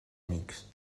amics